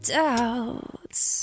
doubts